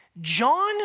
John